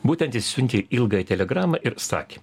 būtent jis siuntė ilgąją telegramą ir sakė